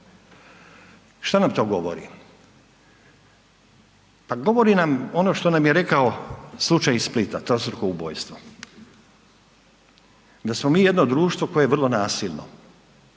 Šta nam to govori? Pa govori nam ono što nam je rekao slučaj iz Splita, to su ta ubojstva, da smo mi jedno društvo koje je vrlo nasilno